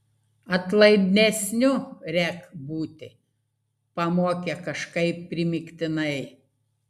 atlaidesniu rek būti pamokė kažkaip primygtinai